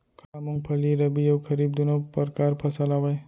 का मूंगफली रबि अऊ खरीफ दूनो परकार फसल आवय?